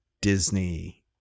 Disney